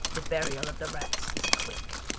the burial of the rats is quick